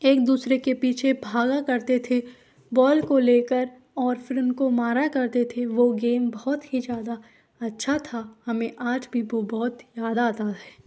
एक दूसरे के पीछे भागा करते थे बॉल को लेकर और फिर उनको मारा करते थे वो गेम बहुत ही ज़्यादा अच्छा था हमें आज भी बो बहुत याद आता है